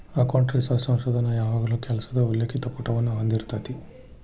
account research ಸಂಶೋಧನ ಯಾವಾಗಲೂ ಕೆಲಸದ ಉಲ್ಲೇಖಿತ ಪುಟವನ್ನ ಹೊಂದಿರತೆತಿ